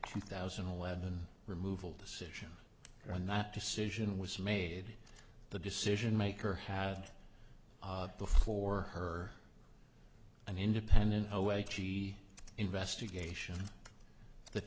two thousand and eleven removal decision or not decision was made the decision maker had before her an independent awake she investigation th